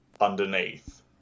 underneath